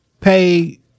pay